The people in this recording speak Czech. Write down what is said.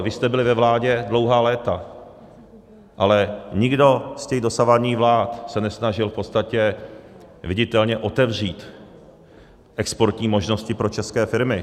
Vy jste byli ve vládě dlouhá léta, ale nikdo z těch dosavadních vlád se nesnažil v podstatě viditelně otevřít exportní možnosti pro české firmy.